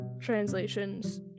translations